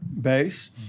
base